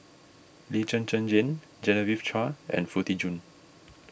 Lee Zhen Zhen Jane Genevieve Chua and Foo Tee Jun